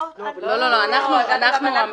לא, לא, אנחנו המסופים.